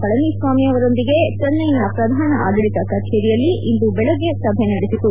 ಪಳನಿ ಸ್ವಾಮಿ ಅವರೊಂದಿಗೆ ಚೆನ್ನೈನ ಪ್ರಧಾನ ಆಡಳಿತ ಕಚೇರಿಯಲ್ಲಿ ಇಂದು ಬೆಳಗ್ಗೆ ಸಭೆ ನಡೆಸಿತು